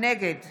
נגד